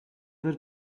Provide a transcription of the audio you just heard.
were